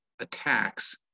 attacks